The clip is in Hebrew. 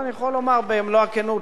ואני יכול לומר במלוא הכנות,